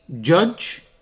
judge